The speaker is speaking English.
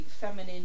feminine